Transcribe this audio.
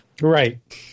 right